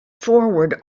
forward